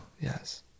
Yes